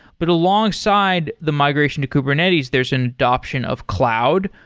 but alongside the migration to kubernetes, there's an adaption of cloud,